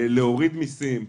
להוריד מסים.